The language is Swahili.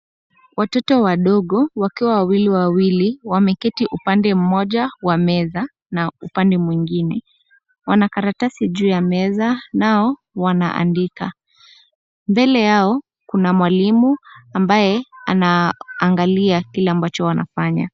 Watoto wadogo wakiwa wawili wawili wameketi upande mmoja wa meza na upande mwingine. Wana karatasi juu ya meza nao wanaandika. Mbele yao, kuna mwalimu ambaye anaangalia kile ambacho wanafanya.